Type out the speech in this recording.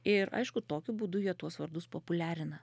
ir aišku tokiu būdu jie tuos vardus populiarina